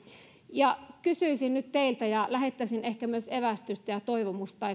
ja kysyisin nyt teiltä ja lähettäisin ehkä myös evästystä ja ja toivomusta